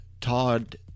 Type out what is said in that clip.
Todd